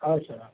काल्सर